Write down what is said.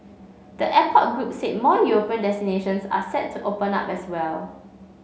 the airport group said more European destinations are set to open up as well